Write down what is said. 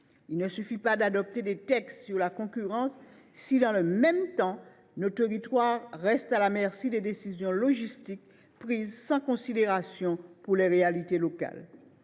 Il ne suffit pas d’adopter des textes sur la concurrence si, dans le même temps, nos territoires restent à la merci de décisions logistiques prises sans considération pour les réalités locales.